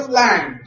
land